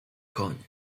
koń